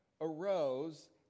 arose